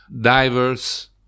diverse